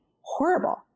horrible